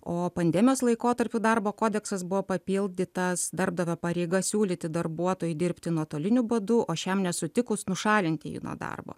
o pandemijos laikotarpiu darbo kodeksas buvo papildytas darbdavio pareiga siūlyti darbuotojui dirbti nuotoliniu būdu o šiam nesutikus nušalinti jį nuo darbo